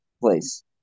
place